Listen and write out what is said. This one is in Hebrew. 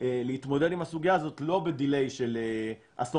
להתמודד עם הסוגיה הזאת לא ב"דיליי" של עשור